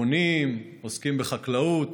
בונים, עוסקים בחקלאות.